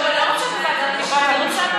חינוך או חוץ וביטחון?